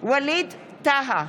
ווליד טאהא,